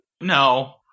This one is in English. No